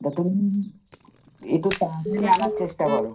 তা তুমি একটু তাড়াতাড়ি আনার চেষ্টা করো